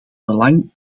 belang